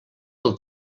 del